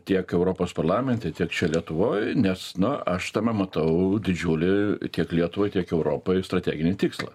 tiek europos parlamente tiek čia lietuvoj nes na aš tame matau didžiulį tiek lietuvai tiek europai strateginį tikslą